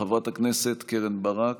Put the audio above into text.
חברת הכנסת קרן ברק,